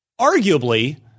arguably –